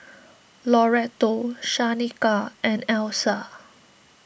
Loretto Shaneka and Elsa